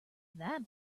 that